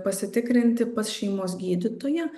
pasitikrinti pas šeimos gydytoją